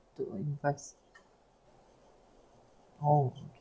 to invest oh